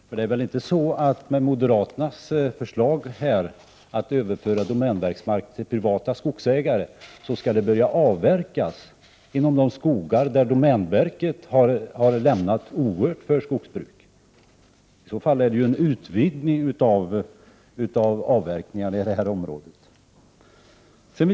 För det är väl inte så att moderaternas förslag här, att överföra domänverksmark till privata skogsägare, innebär att man skall börja avverka inom de skogar som domänverket har lämnat orörda när det gäller skogsbruk? I så fall är det ju en utvidgning av avverkningarna i det här området.